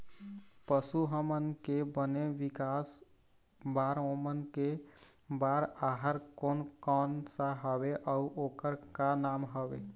पशु हमन के बने विकास बार ओमन के बार आहार कोन कौन सा हवे अऊ ओकर का नाम हवे?